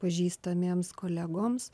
pažįstamiems kolegoms